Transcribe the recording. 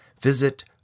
visit